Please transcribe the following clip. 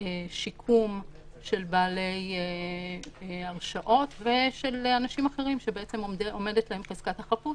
שיקום של בעלי הרשעות ושל אנשים אחרים שעומדת להם חזקת החפות